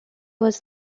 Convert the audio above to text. was